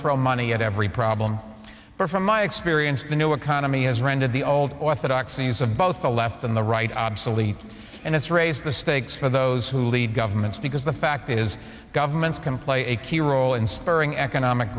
throw money at every problem but from my experience the new economy has rendered the old orthodoxies of both the left and the right obsolete and it's raised the stakes for those who lead governments because the fact is governments can play a key role in spring economic